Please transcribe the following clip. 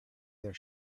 their